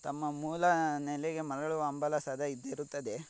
ತಮ್ಮ ಮೂಲ ನೆಲೆಗೆ ಮರಳುವ ಹಂಬಲ ಸದಾ ಇದ್ದೇ ಇರುತ್ತದೆ